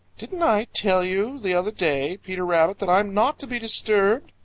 didn't i tell you the other day, peter rabbit, that i'm not to be disturbed?